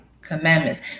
commandments